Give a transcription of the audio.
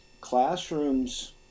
Classrooms